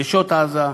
נשות עזה,